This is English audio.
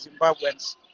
zimbabweans